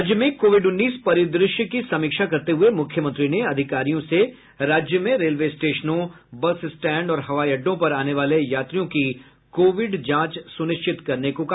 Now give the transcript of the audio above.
राज्य में कोविड उन्नीस परिदृश्य की समीक्षा करते हुए मुख्यमंत्री ने अधिकारियों से राज्य में रेलवे स्टेशनों बस स्टैंड और हवाई अड्डों पर आने वाले यात्रियों की कोविड जांच सुनिश्चित करने को कहा